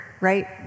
right